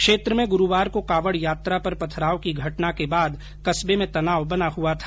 क्षेत्र में गुरूवार को कावड यात्रा पर पथराव की घटना के बाद कस्बे में तनाव बना हुआ था